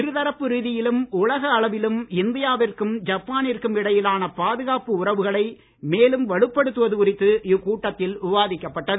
இருதரப்பு ரீதியிலும் உலக அளவிலும் இந்தியாவிற்கும் ஜப்பானிற்கும் இடையிலான பாதுகாப்பு உறவுகளை மேலும் வலுப்படுத்துவது குறித்து இக்கூட்டத்தில் விவாதிக்கப்பட்டது